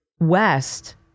West